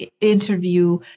interview